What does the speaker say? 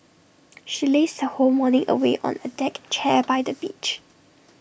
she lazed her whole morning away on A deck chair by the beach